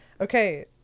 Okay